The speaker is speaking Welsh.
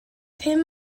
pum